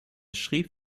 schrieb